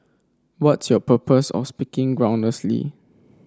what's your purpose of speaking groundlessly